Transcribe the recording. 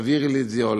תעבירי לי את זה,